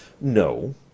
No